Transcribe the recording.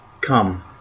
Come